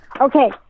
Okay